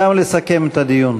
גם לסכם את הדיון.